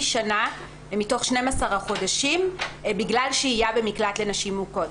שנה מתוך 12 החודשים בגלל שהייה במקלט לנשים מוכות.